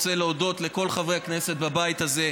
אני רוצה להודות לכל חברי הכנסת בבית הזה,